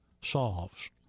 Solves